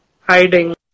hiding